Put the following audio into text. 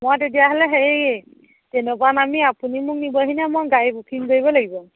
মই তেতিয়াহ'লে হেৰি ট্ৰেইনৰ পৰা নামি আপুনি মোক নিবহিনে মই গাড়ী বুকিং কৰিব লাগিব